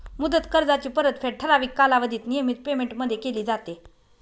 मुदत कर्जाची परतफेड ठराविक कालावधीत नियमित पेमेंटमध्ये केली जाते